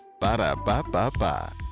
Ba-da-ba-ba-ba